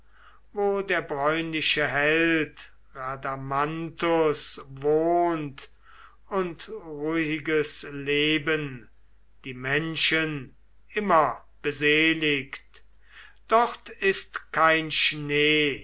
wo der bräunliche held radamanthus wohnt und ruhiges leben die menschen immer beseligt dort ist kein schnee